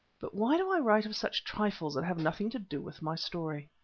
but why do i write of such trifles that have nothing to do with my story?